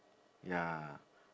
ya